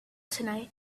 tonight